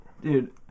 Dude